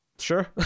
Sure